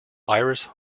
irish